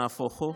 נהפוך הוא.